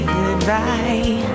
goodbye